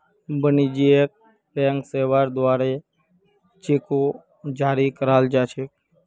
वाणिज्यिक बैंक सेवार द्वारे चेको जारी कराल जा छेक